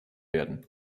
werden